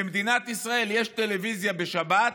במדינת ישראל יש טלוויזיה בשבת,